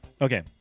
Okay